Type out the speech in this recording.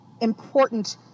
important